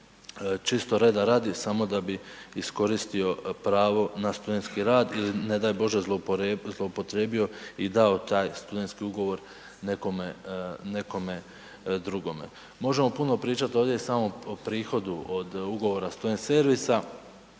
čisto reda radi samo da bi iskoristio pravo na studentski rad ili ne daj Bože zloupotrijebio i dao taj studentski ugovor nekome, nekome drugome. Možemo puno pričat ovdje i o samom prihodu od ugovora student servisa.